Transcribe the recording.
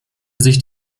sich